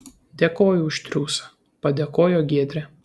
dėkoju už triūsą padėkojo giedrė